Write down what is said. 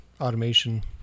automation